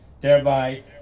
thereby